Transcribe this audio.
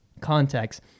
context